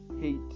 hate